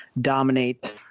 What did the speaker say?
dominate